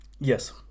yes